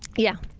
yeah.